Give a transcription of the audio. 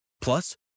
Plus